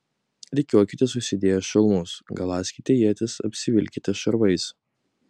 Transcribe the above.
rikiuokitės užsidėję šalmus galąskite ietis apsivilkite šarvais